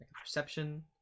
Perception